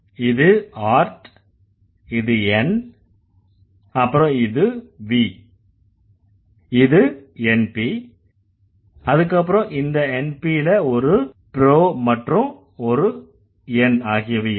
இது Art இது N அப்புறம் இது V இது NP அதுக்கப்புறம் இந்த NP ல ஒரு pro மற்றும் ஒரு N ஆகியவை இருக்கு